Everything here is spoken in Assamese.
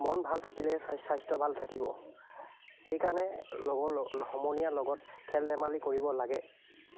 মন ভাল থাকিলেহে চা স্বাস্থ্য ভাল থাকিব সেইকাৰণে লগৰ ল সমনীয়াৰ লগত খেল ধেমালি কৰিব লাগে